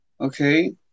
okay